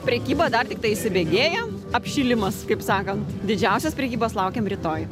prekyba dar tiktai įsibėgėja apšilimas kaip sakant didžiausios prekybos laukiam rytoj